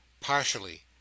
Partially